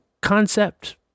concept